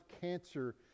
cancer